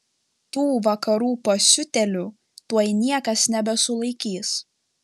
tų vakarų pasiutėlių tuoj niekas nebesulaikys